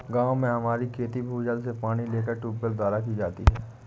गांव में हमारी खेती भूजल से पानी लेकर ट्यूबवेल द्वारा की जाती है